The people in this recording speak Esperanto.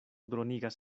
dronigas